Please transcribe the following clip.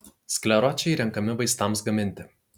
skleročiai renkami vaistams gaminti